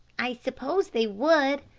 i suppose they would,